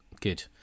good